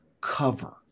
cover